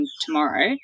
tomorrow